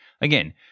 again